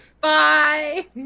Bye